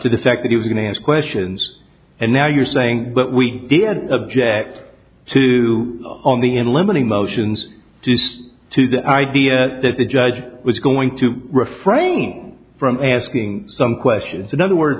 to the fact that you were going to ask questions and now you're saying but we didn't object to on the in limiting motions duce to the idea that the judge was going to refrain from asking some questions another word